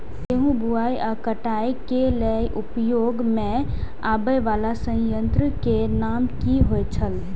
गेहूं बुआई आ काटय केय लेल उपयोग में आबेय वाला संयंत्र के नाम की होय छल?